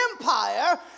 Empire